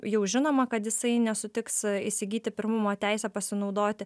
jau žinoma kad jisai nesutiks įsigyti pirmumo teise pasinaudoti